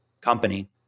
company